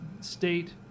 state